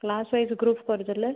class wise group କରିଦେଲେ